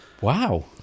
wow